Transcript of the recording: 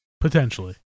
Potentially